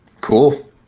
Cool